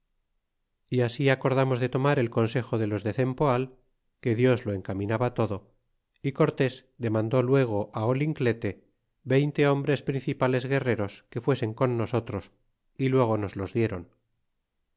y así acordamos de tomar el consejo de los de cempoal que dios lo encaminaba todo y cortés demandó luego al olintecle veinte hombres principales guerreros que fuesen con nosotros y luego nos los dieron